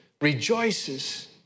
rejoices